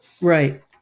right